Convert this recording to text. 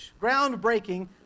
groundbreaking